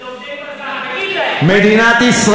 תגיד את זה